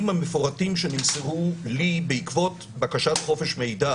המפורטים שנמסרו לי בעקבות בקשת חופש מידע